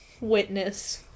witness